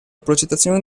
progettazione